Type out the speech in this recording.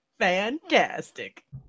Fantastic